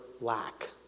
lack